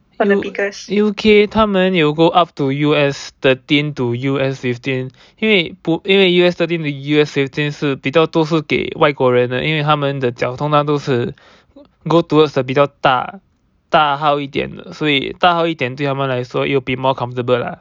U_K 它们有 go up to U_S thirteen to U_S fifteen 因为因为 U_S thirteen to U_S fifteen 是比较多是给外国人的因为他们的通常都是 go towards the 比较大大号一点的所以大号大号一点对他们来说 it'll be more comfortable lah